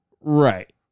Right